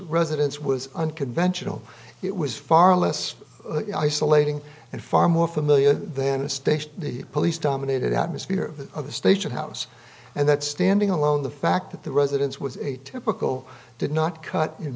residence was unconventional it was far less isolating and far more familiar than a station the police dominated atmosphere of the station house and that standing alone the fact that the residence was a typical did not cut in